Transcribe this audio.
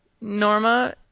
Norma